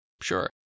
Sure